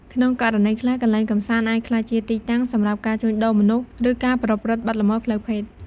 ក្នុងករណីខ្លះ កន្លែងកម្សាន្តអាចក្លាយជាទីតាំងសម្រាប់ការជួញដូរមនុស្ស ឬការប្រព្រឹត្តបទល្មើសផ្លូវភេទ។